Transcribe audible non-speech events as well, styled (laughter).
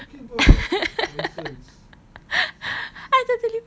(laughs)